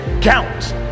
count